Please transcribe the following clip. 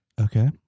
Okay